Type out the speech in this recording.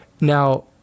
Now